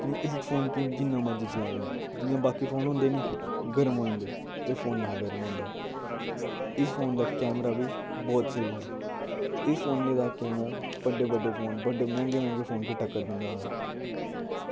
कि में इस फोन कि जिन्ना मर्जी चलाई लां जियां बाकि फोन होंदे निं गरम होऐ जंदे एह् फोन निं हा गरम होंदा इस फोन दा कैमरा वी बोह्त स्हेई हा इस फोने दा कैमरा बड्डे बड्डे फोन बड्डे मैहंगे मैहंगे कि टक्कर दिंदा हा